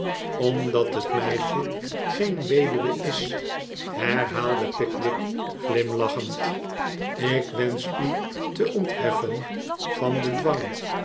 omdat het meisje geen weduwe is herhaalde pickwick glimlachend ik wensch u te ontheffen van den dwang